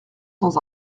sans